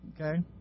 okay